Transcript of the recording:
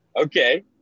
Okay